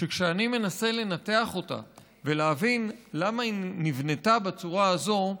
שכשאני מנסה לנתח אותה ולהבין למה היא נבנתה בצורה הזו,